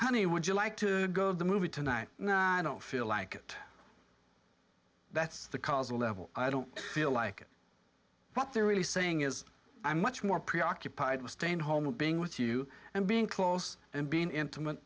honey would you like to go the movie tonight i don't feel like it that's the causal level i don't feel like what they're really saying is i'm much more preoccupied with staying home and being with you and being close and being intimate